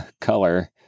color